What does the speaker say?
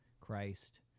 Christ